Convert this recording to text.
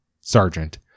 Sergeant